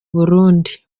burundi